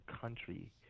country